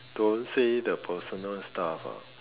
don't say the personal stuff ah